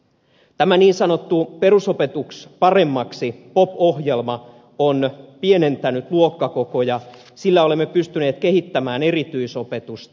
tämä niin sanottu perusopetus paremmaksi ohjelma pop ohjelma on pienentänyt luokkakokoja sillä olemme pystyneet kehittämään erityisopetusta